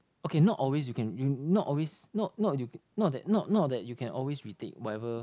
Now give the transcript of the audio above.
okay not always you can you not always not not you not not that you can always retake whatever